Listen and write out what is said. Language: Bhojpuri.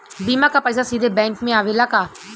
बीमा क पैसा सीधे बैंक में आवेला का?